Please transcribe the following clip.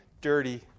dirty